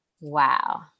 Wow